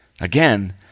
Again